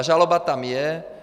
Žaloba tam je.